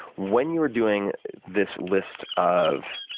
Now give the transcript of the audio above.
when you're doing this list of